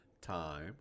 time